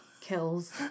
kills